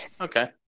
okay